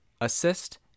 assist